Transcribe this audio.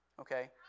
Okay